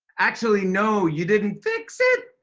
actually, no, you didn't fix it.